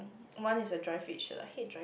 one is the dry fit shirt I hate dry